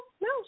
no